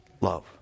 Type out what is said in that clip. love